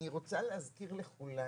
אני רוצה להזכיר לכולנו,